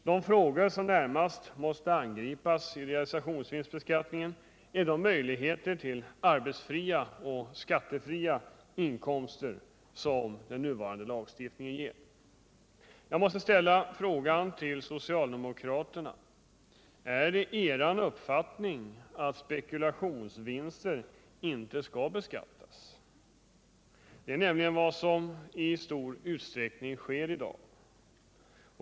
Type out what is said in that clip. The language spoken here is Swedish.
De frågor som närmast måste angripas när det gäller realisationsvinstbeskattningen är de möjligheter till arbetsfria och skattefria inkomster som den nuvarande lagstiftningen ger. Jag måste ställa frågan till socialdemokraterna: Är det er uppfattning att spekulationsvinster inte skall beskattas? Det är nämligen vad som i stor utsträckning sker i dag.